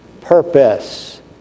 purpose